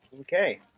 Okay